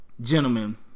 gentlemen